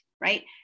right